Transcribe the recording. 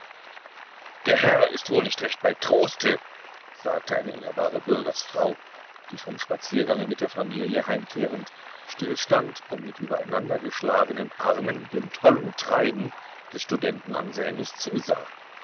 der herr ist wohl nicht recht bei troste sagte eine ehrbare bürgersfrau die vom spaziergange mit der familie heimkehrend still stand und mit übereinandergeschlagenen armen dem tollen treiben des studenten anselmus zusah